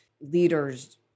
leaders